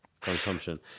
consumption